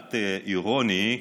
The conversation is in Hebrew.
מעט אירוני,